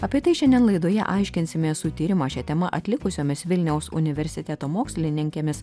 apie tai šiandien laidoje aiškinsimės su tyrimą šia tema atlikusiomis vilniaus universiteto mokslininkėmis